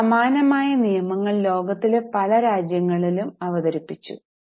ഇപ്പോൾ സമാനമായ നിയമങ്ങൾ ലോകത്തിലെ പല രാജ്യങ്ങളും അവതരിപ്പിച്ചു